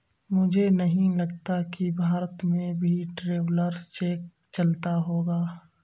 मुझे नहीं लगता कि भारत में भी ट्रैवलर्स चेक चलता होगा